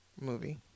movie